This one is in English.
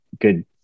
good